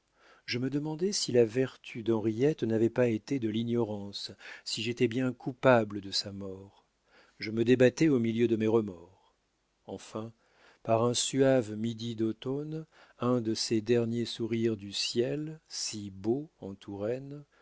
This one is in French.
je me demandais si la vertu d'henriette n'avait pas été de l'ignorance si j'étais bien coupable de sa mort je me débattais au milieu de mes remords enfin par un suave midi d'automne un de ces derniers sourires du ciel si beaux en touraine